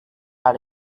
how